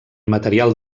material